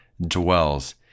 dwells